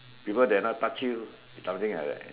people dare not touch you something like that